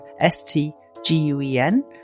S-T-G-U-E-N